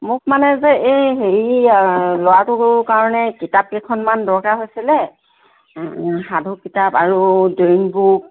মোক মানে যে এই হেৰি ল'ৰাটোৰ কাৰণে কিতাপকেইখনমান দৰকাৰ হৈছিলে সাধু কিতাপ আৰু ড্ৰয়িং বুক